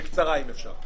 בבקשה.